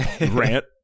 rant